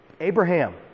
Abraham